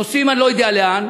נוסעים לא יודע לאן.